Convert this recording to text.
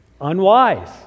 unwise